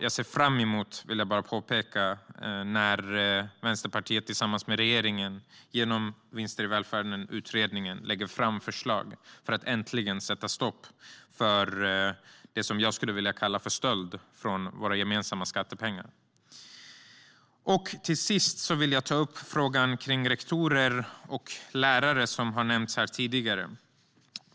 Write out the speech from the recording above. Jag vill bara påpeka att jag ser fram emot när Vänsterpartiet tillsammans med regeringen genom utredningen om vinster i välfärden lägger fram förslag för att äntligen sätta stopp för det som jag skulle vilja kalla för stöld från våra gemensamma skattepengar. Till sist vill jag ta upp frågan om rektorer och lärare, som har nämnts här tidigare.